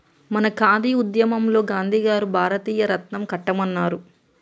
మన ఖాదీ ఉద్యమంలో గాంధీ గారు భారతీయ రాట్నం కట్టమన్నారు